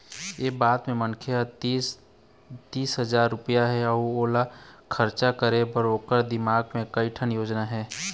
ए बात म मनखे तीर दस हजार रूपिया हे अउ ओला खरचा करे बर ओखर दिमाक म कइ ठन योजना हे